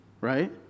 Right